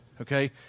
Okay